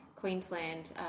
Queensland